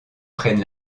prennent